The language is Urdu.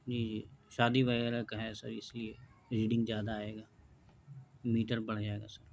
جی جی شادی وغیرہ کا ہے سر اس لیے ریڈنگ زیادہ آئے گا میٹر بڑھ جائے گا سر